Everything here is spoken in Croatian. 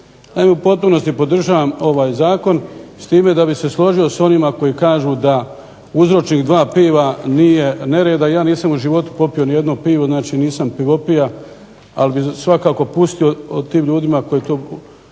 u potpunosti podržavam ovaj zakon s time da bih se složio s onima koji kažu da uzročnik dva piva nije nereda. Ja nisam u životu popio nijedno pivo, znači nisam pivopija ali svakako bih pustio ljudima koji mogu